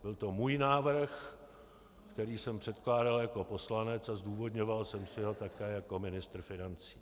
Je to můj návrh, který jsem předkládal jako poslanec, a zdůvodňoval jsem si ho také jako ministr financí.